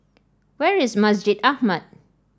where is Masjid Ahmad